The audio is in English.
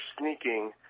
sneaking